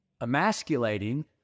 emasculating